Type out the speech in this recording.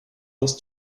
was